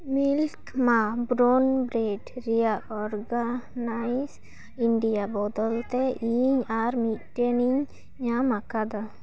milk ᱢᱟ ᱵᱨᱚᱞ bread ᱨᱮᱭᱟᱜ ᱚᱨᱜᱟᱱᱤᱠ ᱤᱱᱰᱤᱭᱟ ᱵᱚᱫᱚᱞᱛᱮ ᱤᱧ ᱟᱨ ᱢᱤᱫᱴᱮᱱᱤᱧ ᱧᱟᱢ ᱟᱠᱟᱫᱟ